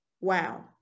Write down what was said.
wow